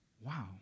wow